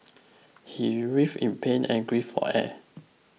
he writhed in pain and gasped for air